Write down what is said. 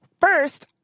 First